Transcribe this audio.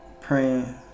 Praying